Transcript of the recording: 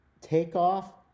takeoff